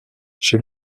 chez